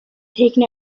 taken